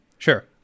Sure